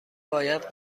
باید